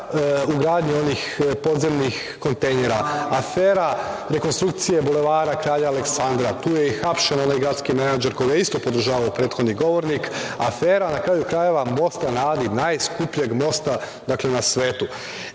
ugradnja onih podzemnih kontejnera, afera rekonstrukcije Bulevara Kralja Aleksandra, tu je i hapšen onaj gradski menadžer koga je isto podržavao prethodni govornik, i afera, na kraju krajeva, „Mosta na Adi“, najskupljeg mosta na svetu. Sve